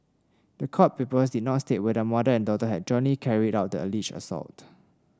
the court papers did not state whether mother and daughter had jointly carried out the alleged assault